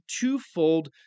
twofold